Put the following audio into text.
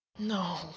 No